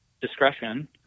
discretion